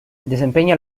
desempeña